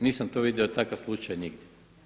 Nisam to vidio takav slučaj nigdje.